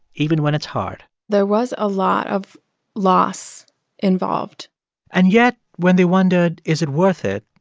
even when it's hard there was a lot of loss involved and yet, when they wondered is it worth it?